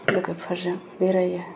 लोगोफोरजों बेरायो